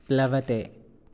प्लवते